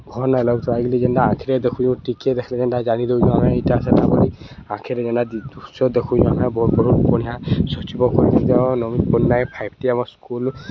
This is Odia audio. ଭଲ୍ ନାଇଁ ଲୁ ଆଗିଲି ଯେନ୍ତା ଆଖିରେ ଦେଖୁଚୁ ଟିକେ ଦେଖିଲେ ଯେନ୍ଟା ଜାନି ଦଉଚୁ ଆମେ ଏଇଟା ସେଟା କରି ଆଖରେ ଯେନ୍ତା ଦୃଶ୍ୟ ଦେଖୁଚୁ ଆମେ ବ କହଣିଆ ସ୍ୱଚ୍ଚ ପ ନମୀ ପନାଏ ଫାଇ୍ଟି ଆମ ସ୍କୁଲ